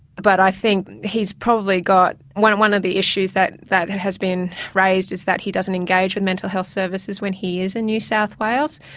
but i think he's probably got. one one of the issues that that has been raised is that he doesn't engage with mental health services when he is in new south wales,